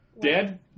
Dead